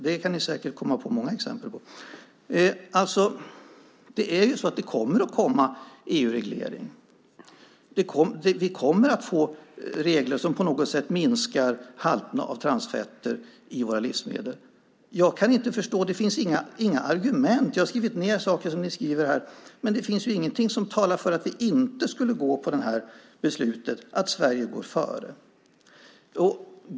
Det kan ni säkert komma på många exempel på. Det kommer EU-reglering. Vi kommer att få regler som på något sätt minskar halterna av transfetter i våra livsmedel. Det finns inga argument. Jag har skrivit ned saker som ni skrivit här. Det finns inget som talar för att vi inte skulle fatta beslutet att Sverige går före.